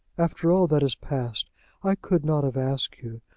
after all that has passed i could not have asked you,